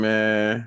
Man